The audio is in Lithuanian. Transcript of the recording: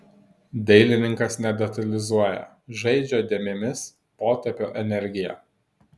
dailininkas nedetalizuoja žaidžia dėmėmis potėpio energija